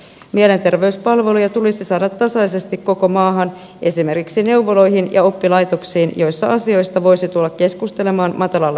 mielenterveyspalveluja tulisi saada tasaisesti koko maahan esimerkiksi neuvoloihin ja oppilaitoksiin joissa asioista voisi tulla keskustelemaan matalalla kynnyksellä